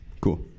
Cool